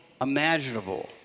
imaginable